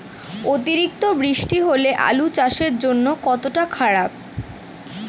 অতিরিক্ত বৃষ্টি হলে আলু চাষের জন্য কতটা খারাপ?